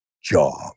job